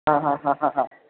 हां हां हां हां हां